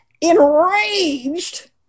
enraged